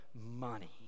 money